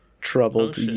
troubled